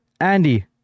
Andy